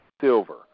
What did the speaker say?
Silver